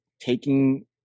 taking